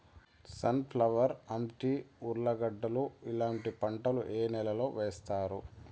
Sun flower, అంటి, ఉర్లగడ్డలు ఇలాంటి పంటలు ఏ నెలలో వేస్తారు?